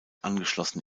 angeschlossen